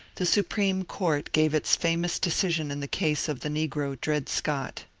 the supreme court gave its famous de cision in the case of the negro dred scott.